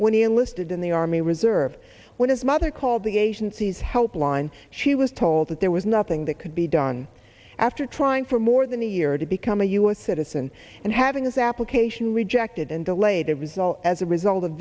when he enlisted in the army reserve when his mother called the agency's helpline she was told that there was nothing that could be done after trying for more than a year to become a us citizen and having his application rejected and delayed a result as a result of